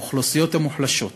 לאוכלוסיות המוחלשות,